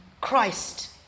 Christ